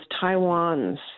taiwan's